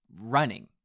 running